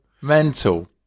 Mental